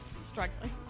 struggling